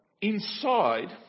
inside